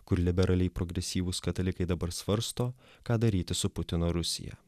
kur liberaliai progresyvūs katalikai dabar svarsto ką daryti su putino rusija